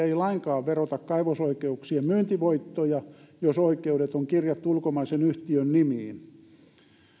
ei lainkaan verota kaivosoikeuksien myyntivoittoja jos oikeudet on kirjattu ulkomaisen yhtiön nimiin